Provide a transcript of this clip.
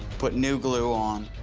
put new glue on,